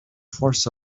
forces